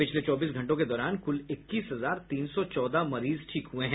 पिछले चौबीस घंटों के दौरान कुल इक्कीस हजार तीन सौ चौदह मरीज ठीक हुए हैं